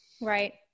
Right